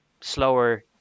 slower